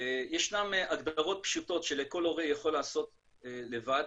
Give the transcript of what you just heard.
ישנן הגדרות פשוטות שכל הורה יכול לעשות לבד